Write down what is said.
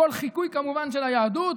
הכול חיקוי, כמובן, של היהדות.